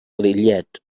lillet